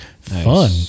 fun